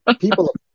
People